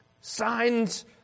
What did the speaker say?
signs